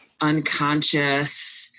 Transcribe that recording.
unconscious